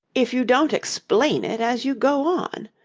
if you don't explain it as you go on?